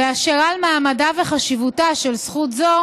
ואשר על מעמדה וחשיבותה של זכות זו